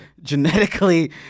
genetically